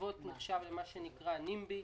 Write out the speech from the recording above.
המחצבות נחשבות למה שנקרא NIMBY,